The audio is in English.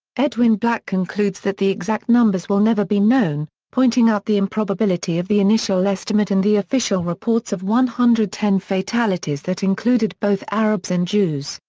edwin black concludes that the exact numbers will never be known, pointing out the improbability of the initial estimate in the official reports of one hundred and ten fatalities that included both arabs and jews,